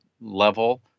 level